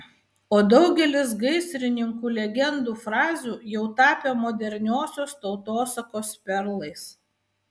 o daugelis gaisrininkų legendų frazių jau tapę moderniosios tautosakos perlais